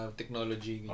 technology